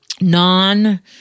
non-